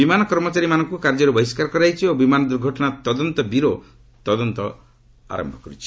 ବିମାନ କର୍ମଚାରୀମାନଙ୍କୁ କାର୍ଯ୍ୟରୁ ବହିଷ୍କାର କରାଯାଇଛି ଓ ବିମାନ ଦୂର୍ଘଟଣା ତଦନ୍ତ ବ୍ୟରୋ ତଦନ୍ତ ଆରମ୍ଭ କରିଛି